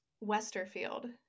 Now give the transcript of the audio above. Westerfield